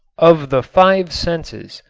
of the five senses,